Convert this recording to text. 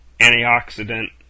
antioxidant